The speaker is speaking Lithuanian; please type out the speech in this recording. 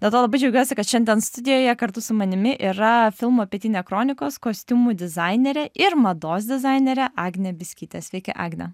dėl to labai džiaugiuosi kad šiandien studijoje kartu su manimi yra filmo pietinia kronikos kostiumų dizainerė ir mados dizainerė agnė biskytė sveiki agne